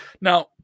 Now